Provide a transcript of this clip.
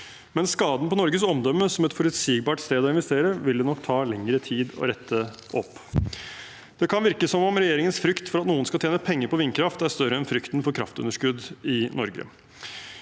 men skaden på Norges omdømme som et forutsigbart sted å investere vil det nok ta lengre tid å rette opp. Det kan virke som om regjeringens frykt for at noen skal tjene penger på vindkraft, er større enn frykten for kraftunderskudd i Norge.